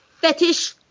fetish